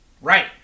Right